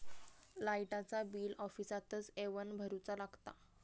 लाईटाचा बिल ऑफिसातच येवन भरुचा लागता?